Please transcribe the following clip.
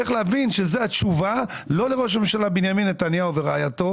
צריך להבין שזו התשובה לא לראש הממשלה בנימין נתניהו ורעייתו,